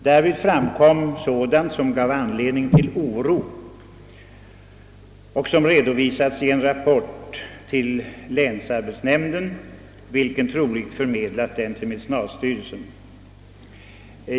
Därvid framkom sådant som gav anledning till oro och som redovisades i en rapport till länsarbetsnämnden, vilken troligen förmedlade den till medicinalstyrelsen.